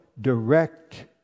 direct